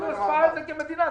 השפעה על זה כמדינה.